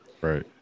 Right